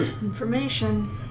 Information